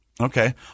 Okay